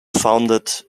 founded